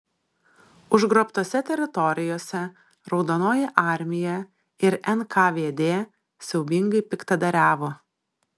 užgrobtose teritorijose raudonoji armija ir nkvd siaubingai piktadariavo